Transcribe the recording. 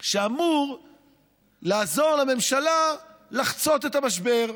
שאמור לעזור לממשלה לחצות את המשבר.